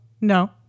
No